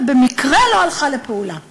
ובמקרה היא לא הלכה לפעולה בסניף.